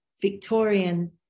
Victorian